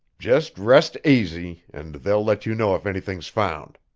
just rest aisy, and they'll let you know if anything's found.